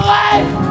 life